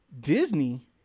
disney